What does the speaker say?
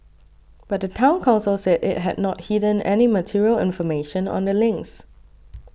but the Town Council said it had not hidden any material information on the links